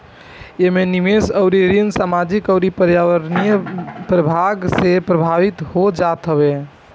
एमे निवेश अउरी ऋण सामाजिक अउरी पर्यावरणीय प्रभाव से प्रभावित होत हवे